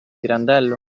pirandello